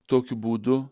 tokiu būdu